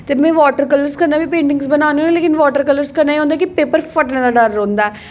ते में water colour कन्नै बी पेंटिगा बनान्नी होन्नी लेकिन वाटर कलर केह् होंदा कि पेपर फट्टने दा डर रौंहदा ऐ